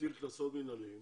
להטיל קנסות מינהליים.